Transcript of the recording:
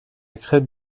crête